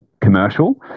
commercial